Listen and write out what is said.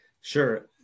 Sure